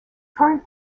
current